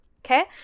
okay